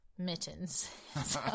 mittens